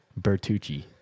Bertucci